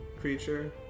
creature